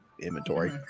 inventory